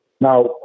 Now